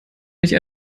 nicht